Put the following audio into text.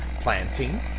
planting